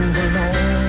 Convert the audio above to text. alone